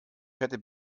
fette